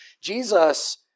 Jesus